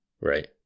Right